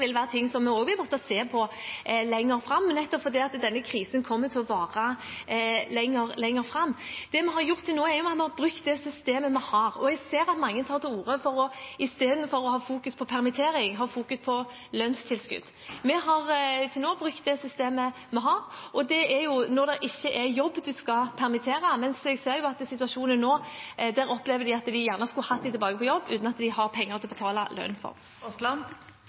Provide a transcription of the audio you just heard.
vi har brukt det systemet vi har. Jeg ser at mange tar til orde for at man i stedet for å fokusere på permittering skal fokusere på lønnstilskudd. Vi har til nå brukt det systemet vi har, og der gjelder at det er når det ikke er jobb, man skal permittere. Men jeg ser jo at slik situasjonen er nå, opplever man at man gjerne skulle hatt folk tilbake på jobb, uten at man har penger til å betale lønn. Det blir oppfølgingsspørsmål – først Terje Aasland.